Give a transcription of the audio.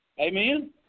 Amen